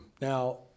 Now